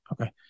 Okay